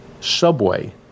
subway